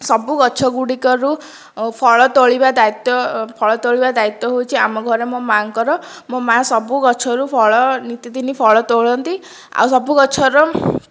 ସବୁ ଗଛ ଗୁଡ଼ିକରୁ ଫଳ ତୋଳିବା ଦାୟିତ୍ଵ ଫଳ ତୋଳିବା ଦାୟିତ୍ୱ ହେଉଛି ଆମ ଘରେ ମୋ ମାଆଙ୍କର ମୋ ମାଆ ସବୁ ଗଛରୁ ଫଳ ନିତିଦିନି ଫଳ ତୋଳନ୍ତି ଆଉ ସବୁ ଗଛର